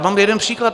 Mám jeden příklad.